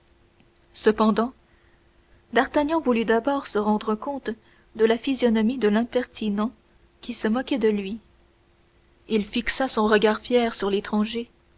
cependant d'artagnan voulut d'abord se rendre compte de la physionomie de l'impertinent qui se moquait de lui il fixa son regard fier sur l'étranger